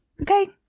Okay